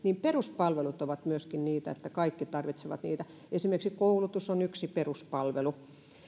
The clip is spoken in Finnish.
peruspalvelut ovat myöskin sellaisia että kaikki tarvitsevat niitä esimerkiksi koulutus on yksi peruspalvelu